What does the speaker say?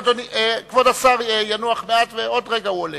כבוד השר ינוח מעט ועוד רגע הוא עולה.